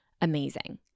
amazing